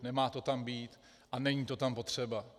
Nemá to tam být a není to tam potřeba.